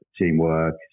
teamwork